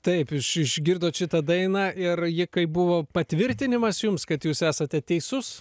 taip iš išgirdot šitą dainą ir ji kaip buvo patvirtinimas jums kad jūs esate teisus